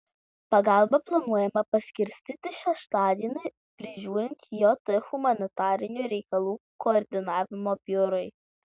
pagalbą planuojama paskirstyti šeštadienį prižiūrint jt humanitarinių reikalų koordinavimo biurui